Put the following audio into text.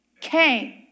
Came